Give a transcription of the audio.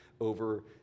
over